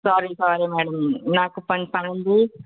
sorry sorry madam నాకు పని చాలా ఉంది